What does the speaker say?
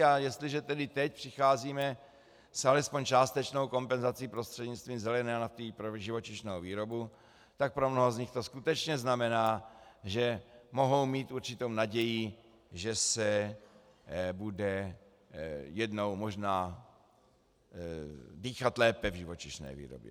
A jestliže tedy teď přicházíme s alespoň částečnou kompenzací prostřednictvím zelené nafty i pro živočišnou výrobu, tak pro mnoho z nich to skutečně znamená, že mohou mít určitou naději, že se bude jednou možná dýchat lépe v živočišné výrobě.